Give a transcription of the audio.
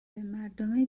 مردم